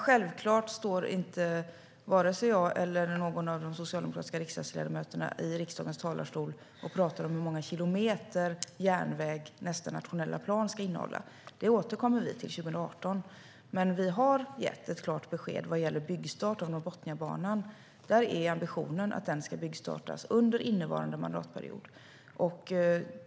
Självklart står inte vare sig jag eller någon av de socialdemokratiska riksdagsledamöterna i riksdagens talarstol och talar om hur många kilometer järnväg nästa nationella plan ska innehålla. Det återkommer vi till 2018. Men vi har gett ett klart besked vad gäller byggstart av Norrbotniabanan. Där är ambitionen att den ska byggstartas under innevarande mandatperiod.